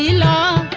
la